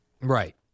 Right